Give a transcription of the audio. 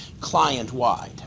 client-wide